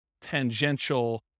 tangential